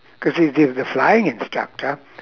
cause it is the flying instructor